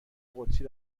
قدسی